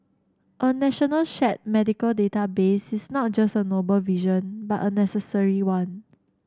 a national shared medical database is not just a noble vision but a necessary one